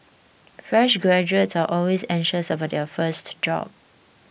fresh graduates are always anxious about their first job